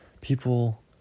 people